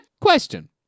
Question